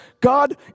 God